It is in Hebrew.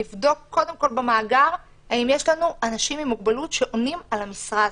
נבדוק קודם כל במאגר האם יש לנו אנשים עם מוגבלות שעונים על המשרה הזאת.